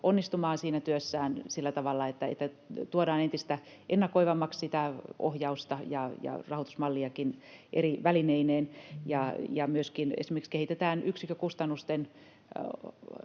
onnistumaan siinä työssään sillä tavalla, että tuodaan entistä ennakoivammaksi sitä ohjausta ja rahoitusmalliakin eri välineineen ja myöskin esimerkiksi kehitetään yksikkökustannusten